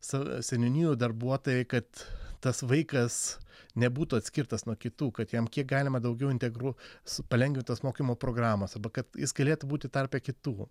su seniūnijų darbuotojai kad tas vaikas nebūtų oatskirtas nuo kitų kad jam kiek galima daugiau integru su palengvintos mokymo programos arba kad jis galėtų būti tarpe kitų